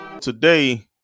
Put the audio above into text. Today